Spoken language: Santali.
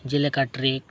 ᱡᱮᱞᱮᱠᱟ ᱴᱨᱟᱠ